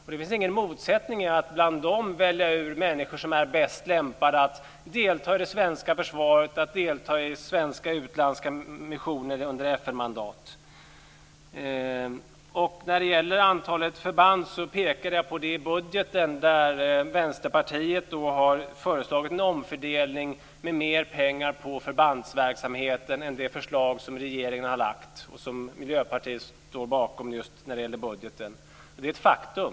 Det finns ingen motsättning i att man bland dem väljer ut människor som är bäst lämpade att delta i det svenska försvaret och i svenska utlandsmissioner under FN-mandat. När det gäller antalet förband pekade jag på att Vänsterpartiet i budgeten har föreslagit en omfördelning som innebär mer pengar till förbandsverksamheten än det förslag som regeringen har lagt fram och som Miljöpartiet står bakom - när det gäller just budgeten. Det är ett faktum.